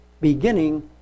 beginning